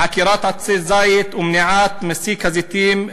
עקירת עצי זית ומניעת מסיק הזיתים מהבעלים,